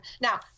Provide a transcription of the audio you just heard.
Now